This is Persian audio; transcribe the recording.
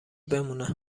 بمانه